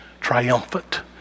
triumphant